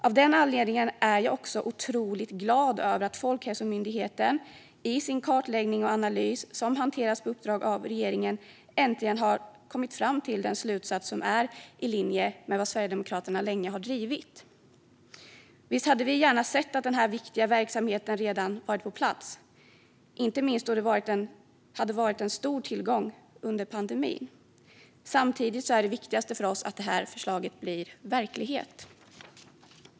Av den anledningen är jag otroligt glad över att Folkhälsomyndigheten i sin kartläggning och analys, som gjorts på uppdrag av regeringen, äntligen har kommit fram till en slutsats som är i linje med vad Sverigedemokraterna länge har drivit. Visst hade vi gärna sett att den här viktiga verksamheten redan hade varit på plats, inte minst då den hade varit en stor tillgång under pandemin. Samtidigt är det viktigaste för oss att förslaget blir verklighet.